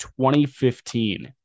2015